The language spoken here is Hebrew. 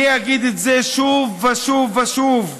אני אגיד את זה שוב ושוב ושוב: